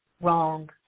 wrong